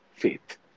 faith